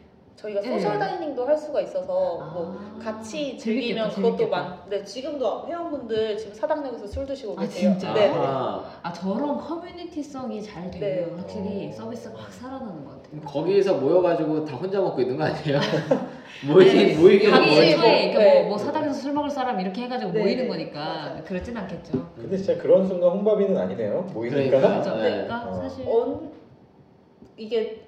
저희가 소셜 예. 다이닝도 할 수가 있어서 뭐 아, 같이 재밌겠다, 즐기면 그것도 재밌겠다. 많- 네, 지금도 회원분들 지금 사당역에서 술 드시고 아, 계세요. 진짜요? 네, 네. 아하. 아, 저런 커뮤니티성이 잘 돼요. 네. 확실히 어. 서비스가 확 살아나는 것 같아요. 거기에서 모여가지고 다 혼자 먹고 있는 거 아니에요? 아. 모이긴 네. 모이기는 각자 뭐 근처에 이렇게. 이렇게 뭐, 뭐 사당에서 술 먹을 사람 이렇게 해가지고 모이는 네. 거니까 그렇진 않겠죠. 근데 진짜 그런 순간 혼밥이는 아니네요. 모이는 그러니까요. 거니까. 그렇죠. 네. 그러니까 사실- 언- 이게